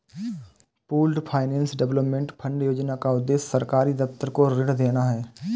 pooled finance development fund योजना का उद्देश्य सरकारी दफ्तर को ऋण देना है